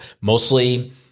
mostly